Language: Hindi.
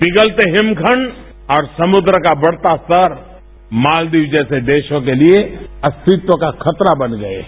पिघलते हिमखंड और समुद्र का बढ़ता स्तर मालदीव जैसे देशों के लिए अस्तित्व का खतरा बन गए हैं